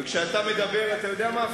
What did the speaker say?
אתה יודע מה,